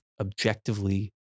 objectively